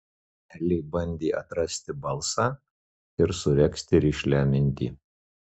elė bandė atrasti balsą ir suregzti rišlią mintį